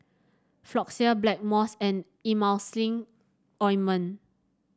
Floxia Blackmores and Emulsying Ointment